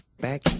back